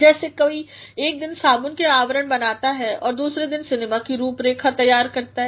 कैसे कोई एक दिन साबुन के आवरण बनाता है और दूसरे दिन सिनेमा की रूप रेखा तैयार करता है